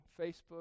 Facebook